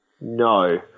No